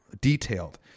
detailed